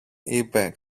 είπε